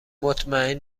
مطمئن